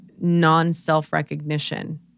non-self-recognition